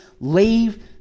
Leave